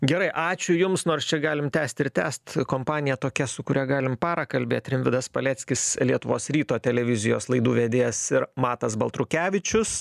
gerai ačiū jums nors čia galim tęsti ir tęst kompanija tokia su kuria galim parą kalbėt rimvydas paleckis lietuvos ryto televizijos laidų vedėjas ir matas baltrukevičius